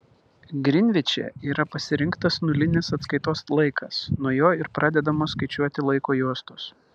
grinviče yra pasirinktas nulinis atskaitos laikas nuo jo ir pradedamos skaičiuoti laiko juostos